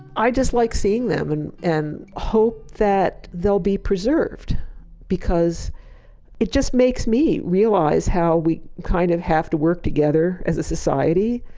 i just like seeing them and and hope that they'll be preserved because it just makes me realize how we kind of have to work together as a society.